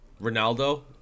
Ronaldo